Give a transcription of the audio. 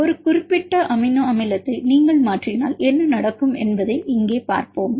ஒரு குறிப்பிட்ட அமினோ அமிலத்தை நீங்கள் மாற்றினால் என்ன நடக்கும் என்பதை இங்கே பார்ப்போம்